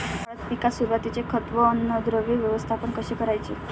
हळद पिकात सुरुवातीचे खत व अन्नद्रव्य व्यवस्थापन कसे करायचे?